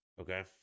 okay